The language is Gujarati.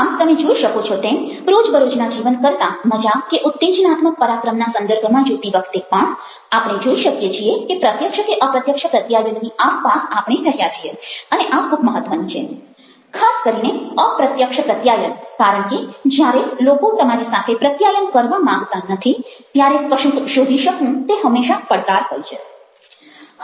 આમ તમે જોઈ શકો છો તેમ રોજ બ રોજના જીવન કરતા મજા કે ઉત્તેજનાત્મક પરાક્રમના સંદર્ભમાં જોતી વખતે પણ આપણે જોઈ શકીએ છીએ કે પ્રત્યક્ષ કે અપ્રત્યક્ષ પ્રત્યાયનની આસપાસ આપણે રહ્યા છીએ અને આ ખૂબ મહત્વનું છે ખાસ કરીને અપ્રત્યક્ષ પ્રત્યાયન કારણ કે જ્યારે લોકો તમારી સાથે પ્રત્યાયન કરવા માંગતા નથી ત્યારે કશુંક શોધી શકવું તે હંમેશાં પડકાર હોય છે